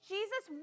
Jesus